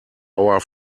our